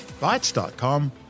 Bytes.com